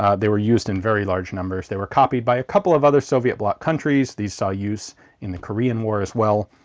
ah they were used in very large numbers. they were copied by a couple of other soviet bloc countries. these saw use in the korean war as well.